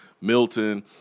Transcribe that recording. Milton